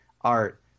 art